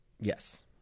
Yes